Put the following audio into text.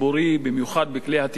במיוחד בכלי התקשורת